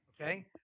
Okay